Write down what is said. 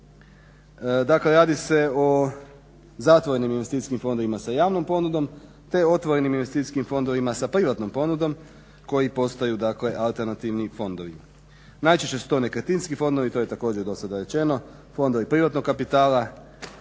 Dakle radi se o zatvorenim investicijskim fondovima sa javnom ponudom te otvorenim investicijskim fondovima sa privatnom ponudom koji postaju alternativni fondovi. Najčešće su to nekretninski fondovi to je također do sada rečeno, fondovi privatnog kapitala